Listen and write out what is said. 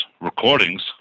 recordings